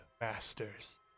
masters